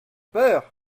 peur